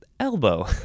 elbow